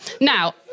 Now